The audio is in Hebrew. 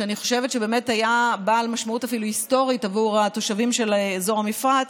שאני חושבת שהיה בעל משמעות אפילו היסטורית עבור התושבים של אזור המפרץ,